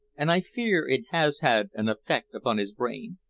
and i fear it has had an effect upon his brain.